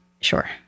Sure